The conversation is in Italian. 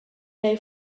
lei